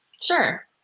Sure